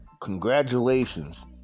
congratulations